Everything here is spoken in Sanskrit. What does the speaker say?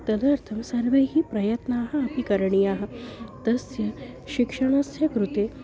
तदर्थं सर्वैः प्रयत्नः अपि करणीयः तस्य शिक्षणस्य कृते